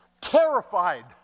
terrified